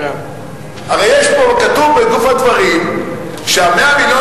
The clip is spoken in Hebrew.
הרי כתוב בגוף הדברים שה-100 מיליון